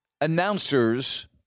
announcers